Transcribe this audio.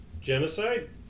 Genocide